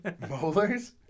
Molars